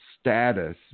status